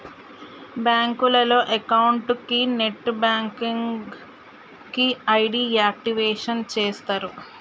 బ్యాంకులో అకౌంట్ కి net banking కి ఐడి యాక్టివేషన్ చేస్తరు